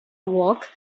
walk